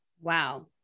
Wow